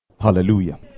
Hallelujah